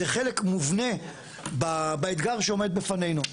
זה חלק מובנה באתגר שעומד בפנינו,